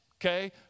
okay